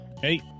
Hey